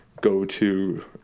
go-to